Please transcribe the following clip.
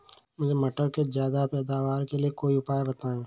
मुझे मटर के ज्यादा पैदावार के लिए कोई उपाय बताए?